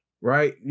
right